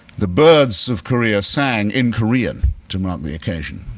the birds of korea sang in korean to mark the occasion.